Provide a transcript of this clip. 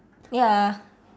ya